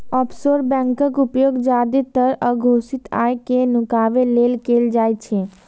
offshore बैंकक उपयोग जादेतर अघोषित आय कें नुकाबै लेल कैल जाइ छै